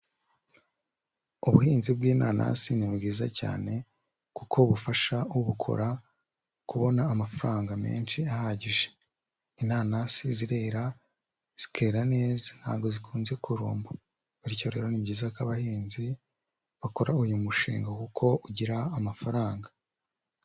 Ubuhinzi bw'inanasi ni bwiza cyane kuko bufasha ubukora kubona amafaranga menshi ahagije, inanasi zirera zikera neza ntago zikunze kurumba, bityo rero ni byiza ko abahinzi bakora uyu mushinga kuko ugira amafaranga.